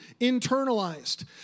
internalized